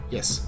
Yes